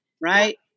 Right